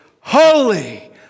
holy